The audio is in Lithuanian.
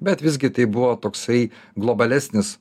bet visgi tai buvo toksai globalesnis